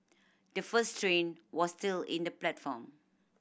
the first train was still in the platform